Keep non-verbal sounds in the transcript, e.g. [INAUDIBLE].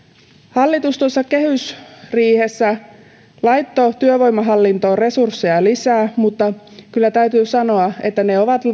hallitus kehysriihessä laittoi työvoimahallintoon resursseja lisää mutta kyllä täytyy sanoa että ne ovat [UNINTELLIGIBLE]